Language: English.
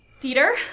Dieter